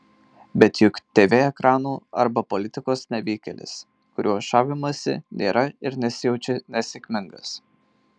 bet juk tv ekranų arba politikos nevykėlis kuriuo žavimasi nėra ir nesijaučia nesėkmingas